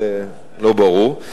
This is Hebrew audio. לא ברור.